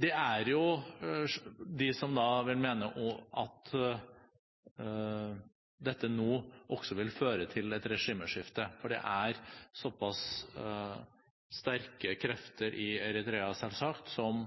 Det er de som vil mene at dette vil føre til et regimeskifte, for det er så pass sterke krefter i Eritrea, selvsagt, som